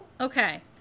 Okay